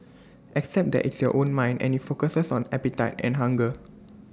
except that it's your own mind and IT focuses on appetite and hunger